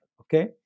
Okay